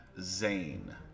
Zane